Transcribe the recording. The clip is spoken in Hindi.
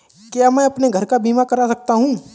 क्या मैं अपने घर का बीमा करा सकता हूँ?